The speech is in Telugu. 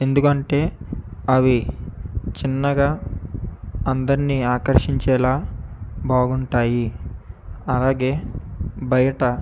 ఎందుకంటే అవి చిన్నగా అందరినీ ఆకర్షించేలా బాగుంటాయి అలాగే బయట